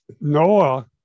Noah